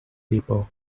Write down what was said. paper